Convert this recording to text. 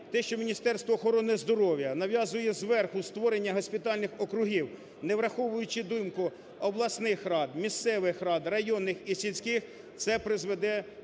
те, що Міністерство охорони здоров'я нав'язує зверху створення госпітальних округів, не враховуючи думку обласних рад, місцевих рад, районних і сільських, це призведе до